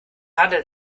handelt